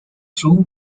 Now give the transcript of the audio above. through